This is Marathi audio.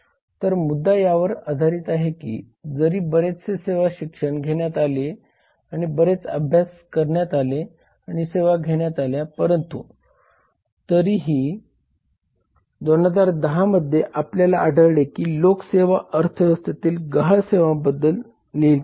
तर मुद्दा यावर आधारित आहे की जरी बरेचसे सेवा शिक्षण घेण्यात आले आणि बरेच अभ्यास करण्यात आले आणि सेवा घेण्यात आल्या परंतु तरीही 2010 मध्ये आपल्याला आढळले की लोक सेवा अर्थव्यवस्थेतील गहाळ सेवांबद्दल लिहित आहेत